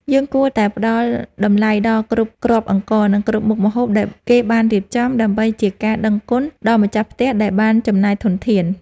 យើងគួរតែផ្តល់តម្លៃដល់គ្រប់គ្រាប់អង្ករ និងគ្រប់មុខម្ហូបដែលគេបានរៀបចំ ដើម្បីជាការដឹងគុណដល់ម្ចាស់ផ្ទះដែលបានចំណាយធនធាន។